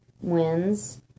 wins